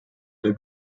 der